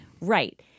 Right